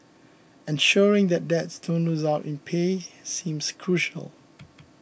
ensuring that dads don't lose out in pay seems crucial